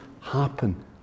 happen